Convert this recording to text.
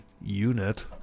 Unit